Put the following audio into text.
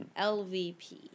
LVP